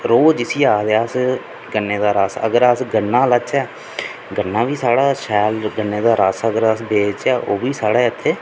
रौह् जिसी आखदे अस्स गन्ने दा रस अगर अस गन्ना लाह्चै गन्ना बी साढ़ा शैल गन्ने दा रस अगर अस बेचचै ओह् बी साढ़े इत्थै